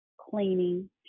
cleaning